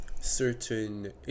certain